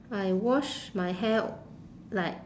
I wash my hair like